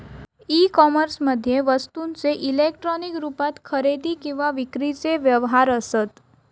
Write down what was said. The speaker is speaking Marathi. ई कोमर्समध्ये वस्तूंचे इलेक्ट्रॉनिक रुपात खरेदी किंवा विक्रीचे व्यवहार असत